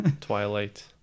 Twilight